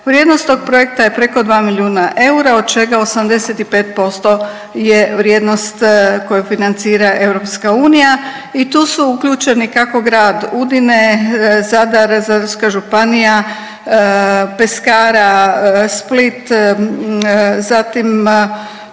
Vrijednost tog projekta je preko dva milijuna eura od čega 85% je vrijednost koju financira EU i tu su uključeni kako grad Udine, Zadar, Zadarska županija, Peskara, Split, zatim Marše